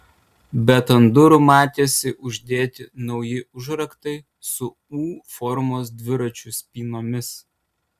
bet ant durų matėsi uždėti nauji užraktai su u formos dviračių spynomis